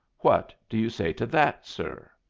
what do you say to that, sir?